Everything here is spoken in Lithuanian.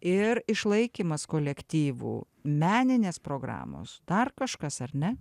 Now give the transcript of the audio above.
ir išlaikymas kolektyvų meninės programos dar kažkas ar ne